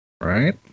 Right